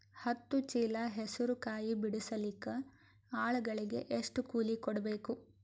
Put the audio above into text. ಹತ್ತು ಚೀಲ ಹೆಸರು ಕಾಯಿ ಬಿಡಸಲಿಕ ಆಳಗಳಿಗೆ ಎಷ್ಟು ಕೂಲಿ ಕೊಡಬೇಕು?